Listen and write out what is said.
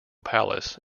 palace